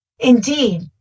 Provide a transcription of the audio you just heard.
Indeed